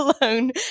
alone